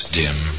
dim